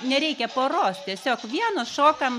nereikia poros tiesiog vienos šokam